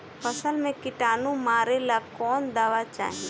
फसल में किटानु मारेला कौन दावा चाही?